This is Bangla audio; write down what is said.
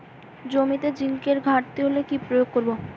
জমিতে জিঙ্কের ঘাটতি হলে কি প্রয়োগ করব?